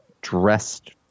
dressed